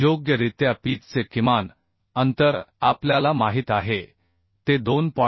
योग्यरित्या पीचचे किमान अंतर आपल्याला माहित आहे ते 2